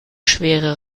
schwere